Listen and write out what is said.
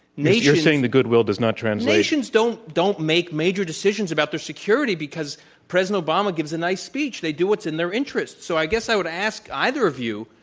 saying the goodwill does not translate. nations don't don't make major decisions about their security because president obama gives a nice speech. they do what's in their interests. so i guess i would ask either of you,